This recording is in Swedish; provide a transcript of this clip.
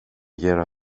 göra